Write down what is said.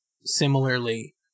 similarly